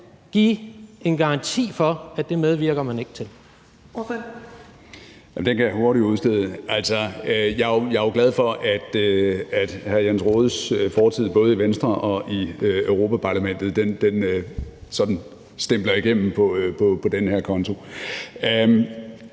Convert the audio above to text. give en garanti for, at det medvirker man ikke til.